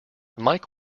mike